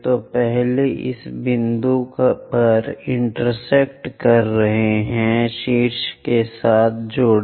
तो पहले एक इस बिंदु पर इंटरसेक्ट कर रहा है शीर्ष के साथ जुड़ें